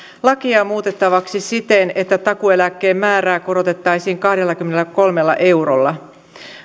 lakia muutettavaksi siten että takuueläkkeen määrää korotettaisiin kahdellakymmenelläkolmella eurolla